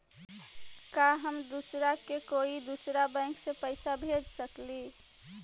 का हम दूसरा के कोई दुसरा बैंक से पैसा भेज सकिला?